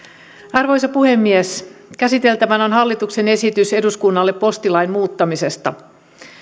arvoisa puhemies käsiteltävänä on hallituksen esitys eduskunnalle postilain muuttamisesta